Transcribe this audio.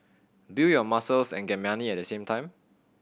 build your muscles and get money at the same time